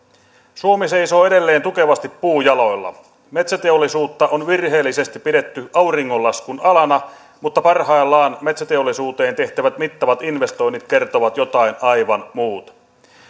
suomi seisoo edelleen tukevasti puujaloilla metsäteollisuutta on virheellisesti pidetty auringonlaskun alana mutta parhaillaan metsäteollisuuteen tehtävät mittavat investoinnit kertovat jotain aivan muuta